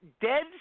dead